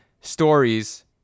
stories